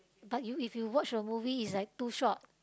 but you if you watch the movie is like too short